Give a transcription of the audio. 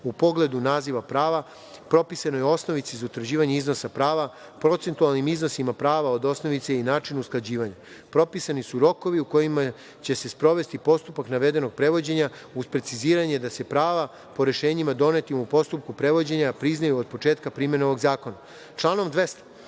u pogledu naziva prava, propisanoj osnovici za utvrđivanje iznosa prava, procentualnim iznosima prava od osnovice i način usklađivanja. Propisani su rokovi u kojima će se sprovesti postupak navedenog prevođenja, uz preciziranje da se prava po rešenjima donetim u postupku prevođenja priznaju od početka primene ovog zakona. Članom